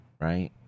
right